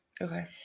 Okay